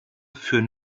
führen